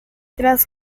tras